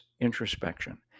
introspection